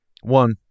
one